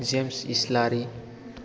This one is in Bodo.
जेम्स इसलारि